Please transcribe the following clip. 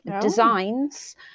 designs